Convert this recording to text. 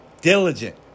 diligent